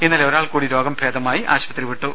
ഇന്നലെ ഒരാൾക്കൂടി രോഗം ഭേദമായി ആശുപത്രി വിട്ടു